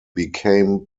became